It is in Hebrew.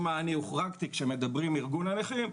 מה אני הוחרגתי כשמדברים ארגון הנכים,